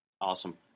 Awesome